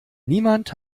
niemand